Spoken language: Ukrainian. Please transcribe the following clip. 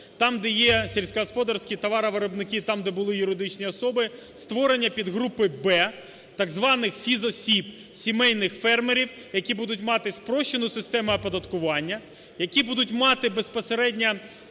там, де є сільськогосподарські товаровиробники, там, де були юридичні особи, створення підгрупи Б, так званих фізосіб сімейних фермерів, які будуть мати спрощену систему оподаткування, які будуть мати безпосередньо